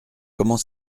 comment